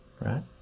right